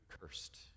cursed